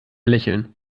lächeln